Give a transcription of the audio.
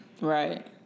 Right